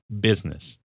business